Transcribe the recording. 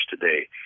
today